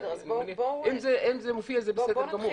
אם זה מופיע, זה בסדר גמור.